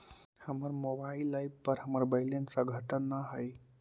हमर mobile app पर हमर बैलेंस अद्यतन ना हई